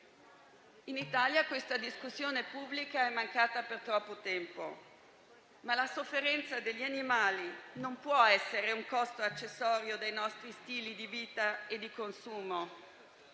In Italia questa discussione pubblica è mancata per troppo tempo, ma la sofferenza degli animali non può essere un costo accessorio dei nostri stili di vita e consumo.